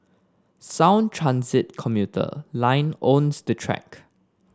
Sound Transit commuter line owns the track